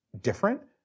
different